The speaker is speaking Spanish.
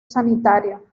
sanitario